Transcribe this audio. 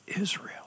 Israel